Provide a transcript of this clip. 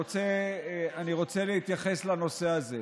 פוגעים בשכבות החלשות.